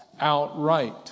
outright